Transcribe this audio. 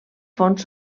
fons